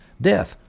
Death